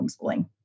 homeschooling